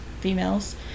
females